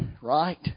right